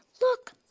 Look